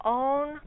own